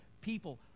people